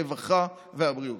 הרווחה והבריאות.